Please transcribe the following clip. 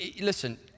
listen